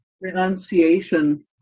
renunciation